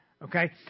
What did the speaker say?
Okay